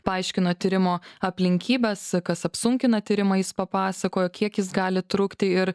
paaiškino tyrimo aplinkybes kas apsunkina tyrimą jis papasakojo kiek jis gali trukti ir